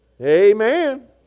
Amen